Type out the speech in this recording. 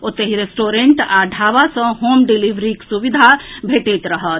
ओतहि रेस्टोरेंट आ ढ़ाबा सँ होम डिलिवरीक सुविधा भेटैत रहत